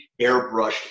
airbrushed